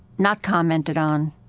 not commented on,